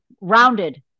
rounded